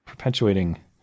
perpetuating